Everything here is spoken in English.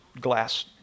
glass